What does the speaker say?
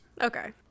Okay